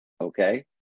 Okay